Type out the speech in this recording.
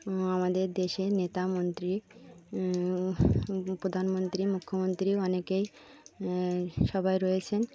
আমাদের দেশে নেতা মন্ত্রী প্রধানমন্ত্রী মুখ্যমন্ত্রী অনেকেই সবাই রয়েছেন